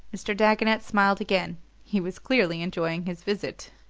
mr. dagonet smiled again he was clearly enjoying his visit.